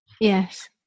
Yes